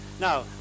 Now